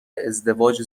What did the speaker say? ازدواج